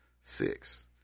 six